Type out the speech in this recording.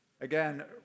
Again